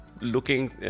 looking